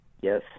Yes